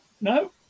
no